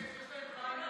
יש להן פריימריז,